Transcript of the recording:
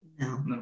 no